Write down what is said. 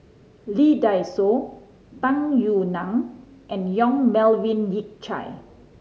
Lee Dai Soh Tung Yue Nang and Yong Melvin Yik Chye